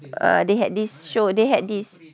they had this show they had this